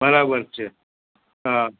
બરાબર છે હા